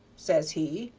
says he,